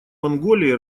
монголией